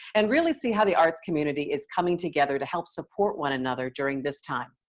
and really see how the arts community is coming together to help support one another during this time.